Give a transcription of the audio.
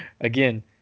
again